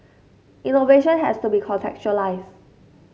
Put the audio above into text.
innovation has to be contextualize